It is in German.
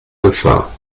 gefahr